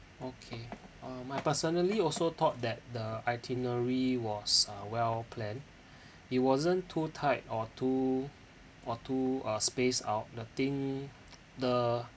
okay um I personally also thought that the itinerary was uh well planned it wasn't too tight or too or too uh spaced out the thing the